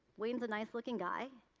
wayne is a nice looking guy,